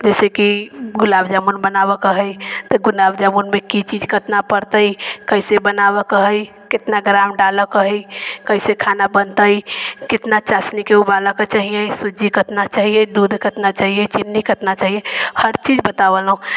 जइसेकि गुलाब जामुन बनाबैके हइ तऽ गुलाब जामुनमे कि चीज कतना पड़तै कइसे बनाबैके हइ कतना ग्राम डालैके हइ कइसे खाना बनतै कतना चाशनीके उबालैके चाही सूजी कतना चाही दूध कतना चाही चीनी कतना चाही हर चीज बतावलऽ